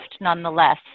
nonetheless